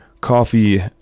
coffee